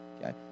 Okay